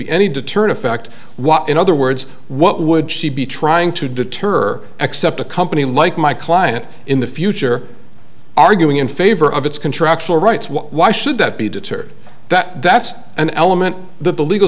be any deterrent effect walk in other words what would she be trying to deter except a company like my client in the future arguing in favor of it's contractual rights why should that be deterred that that's an element that the legal